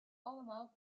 allemaal